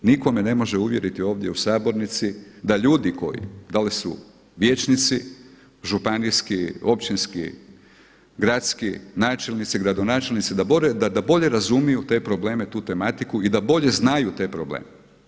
Nitko me ne može uvjeriti ovdje u sabornici da ljudi koji, da li su vijećnici, županijski, općinski, gradski, načelnici, gradonačelnici, da bolje razumiju te probleme, tu tematiku i da bolje znaju te probleme.